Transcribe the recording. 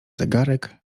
zegarek